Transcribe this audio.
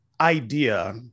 idea